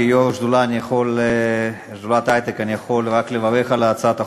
כיושב-ראש שדולת ההיי-טק אני יכול רק לברך על הצעת החוק.